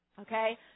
Okay